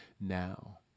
now